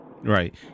Right